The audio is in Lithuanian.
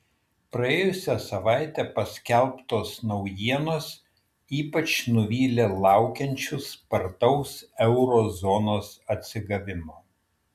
praėjusią savaitę paskelbtos naujienos ypač nuvylė laukiančius spartaus euro zonos atsigavimo